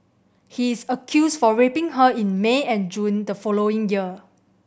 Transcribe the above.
he is accused for raping her in May and June the following year